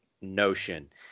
notion